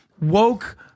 woke